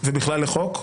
ובכלל לחוק,